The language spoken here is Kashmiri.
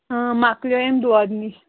مۅکلیٛوو اَمہِ دودٕ نِش